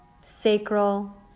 sacral